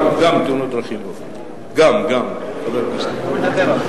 גם, חבר הכנסת ברכה.